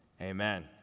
amen